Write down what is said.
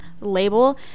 label